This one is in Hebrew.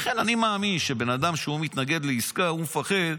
לכן אני מאמין שאדם שמתנגד לעסקה מפחד,